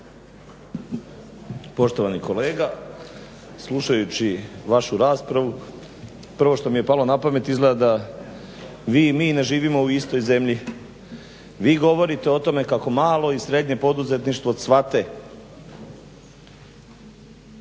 Poštovani kolega, slušajući vašu raspravu prvo što mi je palo na pamet izgleda da vi i mi ne živimo u istoj zemlji. Vi govorite o tome kako malo i srednje poduzetništvo cvate,